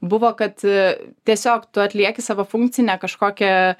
buvo kad e tiesiog tu atlieki savo funkcinę kažkokią